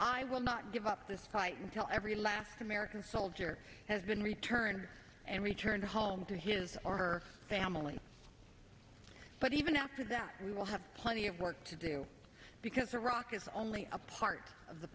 i will not give up this fight until every last american soldier has been returned and returned home to his or her family but even after that we will have plenty of work to do because iraq is only a part of the